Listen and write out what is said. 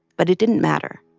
but it didn't matter.